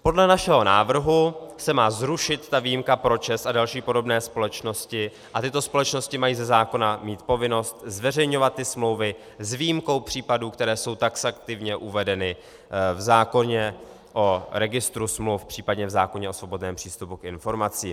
Podle našeho návrhu se má zrušit výjimka pro ČEZ a další podobné společnosti a tyto společnosti mají ze zákona mít povinnost zveřejňovat ty smlouvy s výjimkou případů, které jsou taxativně uvedeny v zákoně o registru smluv, případně v zákoně o svobodném přístupu k informacím.